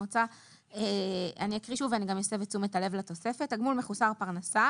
רוצה להקריא שוב ואני גם אסב את תשומת הלב לתוספת - "תגמול מחוסר פרנסה"